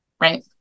Right